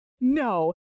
No